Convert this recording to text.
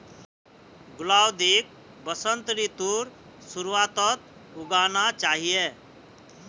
गुलाउदीक वसंत ऋतुर शुरुआत्त उगाना चाहिऐ